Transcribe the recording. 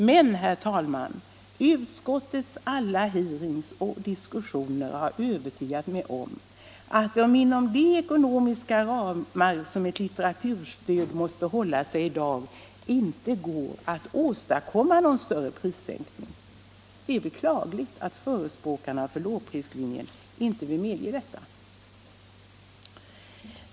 Men, herr talman, utskottets alla hearings och diskussioner har övertygat mig om att det inom de ekonomiska ramar som ett litteraturstöd måste hålla sig i dag inte går att åstadkomma någon större prissänkning. Det är beklagligt att förespråkarna för lågprislinjen inte vill medge detta.